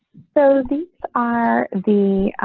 so these are the